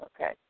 Okay